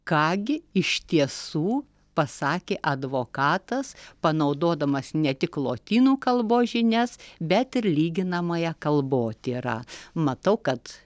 ką gi iš tiesų pasakė advokatas panaudodamas ne tik lotynų kalbos žinias bet ir lyginamąją kalbotyrą matau kad